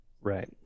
right